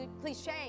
cliche